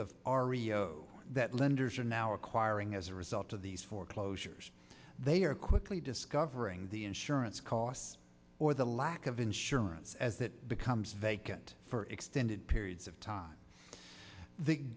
of our radio that lenders are now acquiring as a result of these foreclosures they are quickly discovering the insurance costs or the lack of insurance as it becomes vacant for extended periods of time the